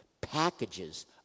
packages